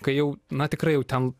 kai jau na tikrai jau ten